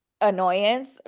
annoyance